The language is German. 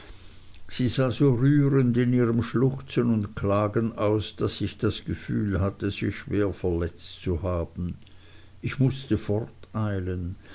sie sah so rührend in ihrem schluchzen und klagen aus daß ich das gefühl hatte sie schwer verletzt zu haben ich mußte forteilen